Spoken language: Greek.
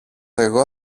εγώ